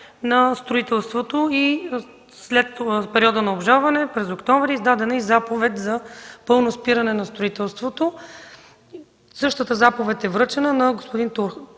на строителството и след периода на обжалване, през месец октомври, е издадена заповед за пълно спиране на строителството. Същата заповед е връчена на господин Турхан